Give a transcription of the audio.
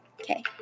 Okay